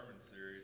series